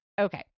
okay